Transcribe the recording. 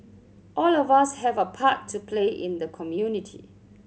all of us have a part to play in the community